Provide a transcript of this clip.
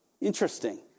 Interesting